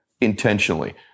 intentionally